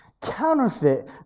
counterfeit